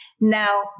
Now